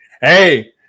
Hey